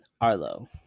Arlo